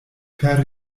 per